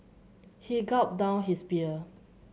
he gulped down his beer